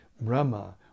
Brahma